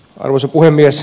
arvoisa puhemies